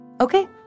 okay